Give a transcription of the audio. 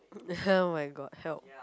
the hell oh-my-god help